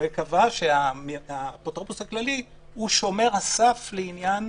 וקבע שהאפוטרופוס הכללי הוא שומר הסף לעניין